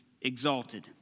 exalted